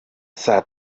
saa